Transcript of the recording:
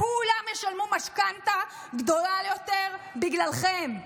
כולם ישלמו משכנתה גדולה יותר בגללכם.